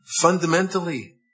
Fundamentally